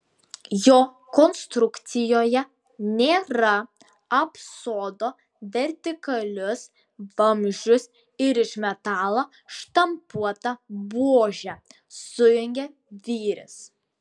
jo konstrukcijoje nėra apsodo vertikalius vamzdžius ir iš metalo štampuotą buožę sujungia vyris